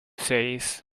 says